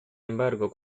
embargo